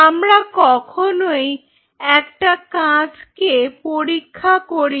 আমরা কখনই একটা কাঁচকে পরীক্ষা করি না